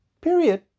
Period